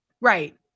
Right